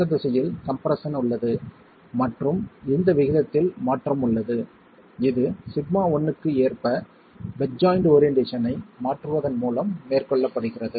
மற்ற திசையில் கம்ப்ரெஸ்ஸன் உள்ளது மற்றும் இந்த விகிதத்தில் மாற்றம் உள்ளது இது σ1 க்கு ஏற்ப பெட் ஜாய்ண்ட் ஓரியென்ட்டேஷனை மாற்றுவதன் மூலம் மேற்கொள்ளப்படுகிறது